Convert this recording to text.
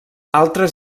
altres